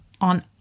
on